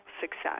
success